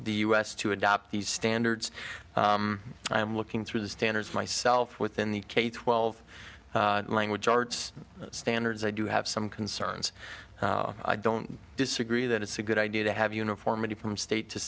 the u s to adopt these standards i'm looking through the standards myself within the k twelve language arts standards i do have some concerns i don't disagree that it's a good idea to have uniformity from state to